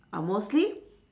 are mostly